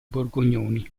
borgognoni